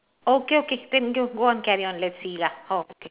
okay okay then go go on carry on let's see lah oh